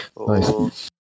Nice